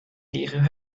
ihre